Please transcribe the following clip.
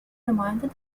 remained